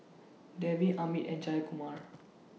Devi Amit and Jayakumar